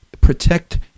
protect